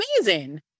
amazing